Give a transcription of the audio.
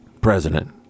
president